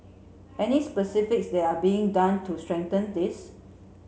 any specifics that are being done to strengthen this